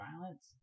violence